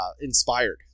inspired